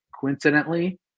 Coincidentally